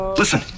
Listen